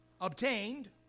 obtained